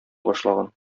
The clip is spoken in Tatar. башлаган